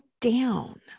down